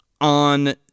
on